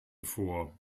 vor